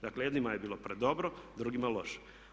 Dakle jednima je bilo predobro, drugima loše.